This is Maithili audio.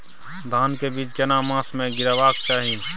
धान के बीज केना मास में गीरावक चाही?